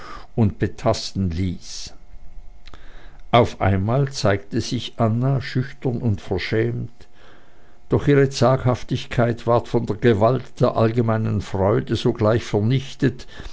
und betasten ließ auf einmal zeigte sich anna schüchtern und verschämt doch ihre zaghaftigkeit ward von der gewalt der allgemeinen freude sogleich vernichtet